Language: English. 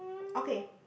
okay